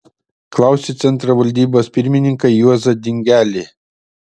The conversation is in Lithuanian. klausiu centro valdybos pirmininką juozą dingelį